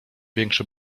większy